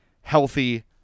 healthy